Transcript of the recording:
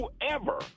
whoever